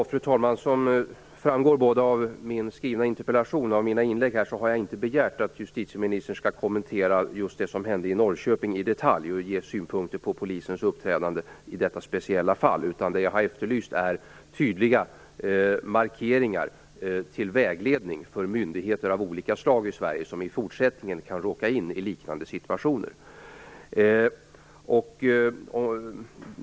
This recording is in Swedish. Fru talman! Som framgår både av min skriftliga interpellation och av mina inlägg här har jag inte begärt att justitieministern i detalj skall kommentera just det som hände i Norrköping och ge synpunkter på polisens uppträdande i detta speciella fall. Det som jag har efterlyst är tydliga markeringar till vägledning för olika svenska myndigheter som i fortsättningen kan råka in i liknande situationer.